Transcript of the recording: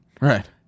Right